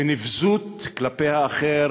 בנבזות כלפי האחר